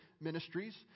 Ministries